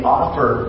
offer